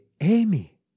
Amy